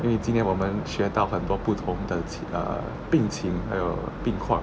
因为今年我们学到很多不同等级的病情还有病患